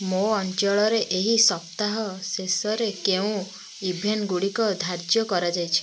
ମୋ ଅଞ୍ଚଳରେ ଏହି ସପ୍ତାହ ଶେଷରେ କେଉଁ ଇଭେଣ୍ଟଗୁଡ଼ିକ ଧାର୍ଯ୍ୟ କରାଯାଇଛି